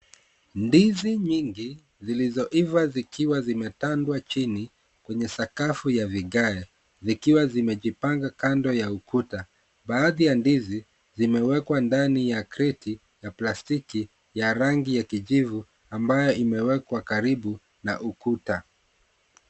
Ndizi nyingi zilizo ivaa zikuwa zimetandwa chini, kwenye sakafu ya vigae zikiwa zimejipanga kando ya ukuta. Baadhi ya ndizi zimewekwa ndani ya kreti ya plastiki ya rangi ya kijivu, ambayo imewekwa karibu na ukuta.